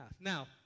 Now